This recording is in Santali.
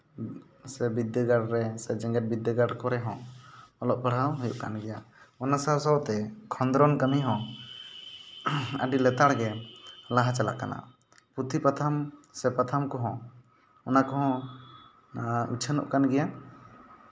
ᱥᱮ ᱵᱤᱫᱽᱫᱟᱹᱜᱟᱲ ᱨᱮ ᱥᱮ ᱡᱮᱜᱮᱛ ᱵᱤᱫᱽᱫᱟᱹᱜᱟᱲ ᱠᱚᱨᱮ ᱦᱚᱸ ᱚᱞᱚᱜ ᱯᱟᱲᱦᱟᱣ ᱦᱩᱭᱩᱜ ᱠᱟᱱ ᱜᱮᱭᱟ ᱚᱱᱟ ᱥᱟᱶ ᱥᱟᱶᱛᱮ ᱠᱷᱚᱸᱫᱽᱨᱚᱱ ᱠᱟᱹᱢᱤ ᱦᱚᱸ ᱟᱹᱰᱤ ᱞᱮᱛᱟᱲᱜᱮ ᱞᱟᱦᱟ ᱪᱟᱞᱟᱜ ᱠᱟᱱᱟ ᱯᱩᱛᱷᱤ ᱯᱟᱛᱷᱟᱢ ᱥᱮ ᱯᱟᱛᱷᱟᱢ ᱠᱚᱦᱚᱸ ᱚᱱᱟ ᱠᱚᱦᱚᱸ ᱩᱪᱷᱟᱹᱱᱚᱜ ᱠᱟᱱ ᱜᱮᱭᱟ